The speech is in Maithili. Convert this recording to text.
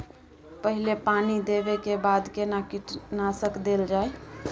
पहिले पानी देबै के बाद केना कीटनासक देल जाय?